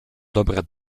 dobre